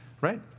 Right